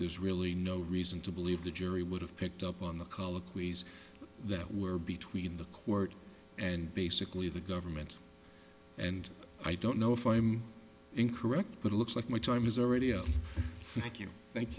there's really no reason to believe the jury would have picked up on the colloquy that were between the court and basically the government and i don't know if i'm incorrect but it looks like my time is already out q thank